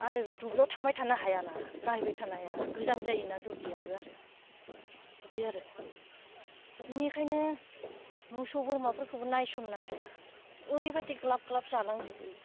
आरो दुब्लियाव थांबाय थानो हायाना नायबाय थानो हाया गोजान जायोना दुब्लियावबो आरो बिदि आरो बिनिखायनो मोसौ बोरमाफोरखौ नायसननो हाया ओरैबायदि ग्लाब ग्लाब जालांजोबो